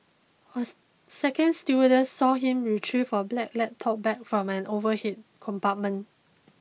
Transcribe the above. a second stewardess saw him retrieve a black laptop bag from an overhead compartment